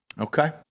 Okay